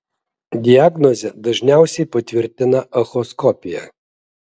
diagnozę dažniausiai patvirtina echoskopija